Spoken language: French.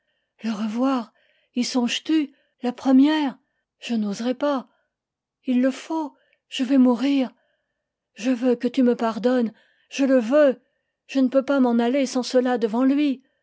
le revoir y songes-tu la première je n'oserai pas il le faut je vais mourir je veux que tu me pardonnes je le veux je ne peux pas m'en aller sans cela devant lui